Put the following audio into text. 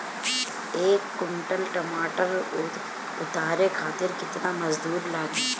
एक कुंटल टमाटर उतारे खातिर केतना मजदूरी लागी?